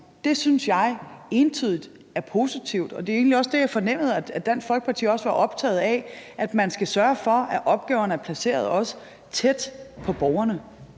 Det synes jeg entydigt er positivt, og det er egentlig også det, jeg fornemmede at Dansk Folkeparti også var optaget af: at man skal sørge for, at opgaverne også er placeret tæt på borgerne.